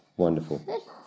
Wonderful